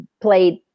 played